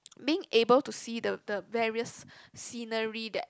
being able to see the the various scenery that